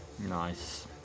Nice